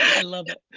i love that.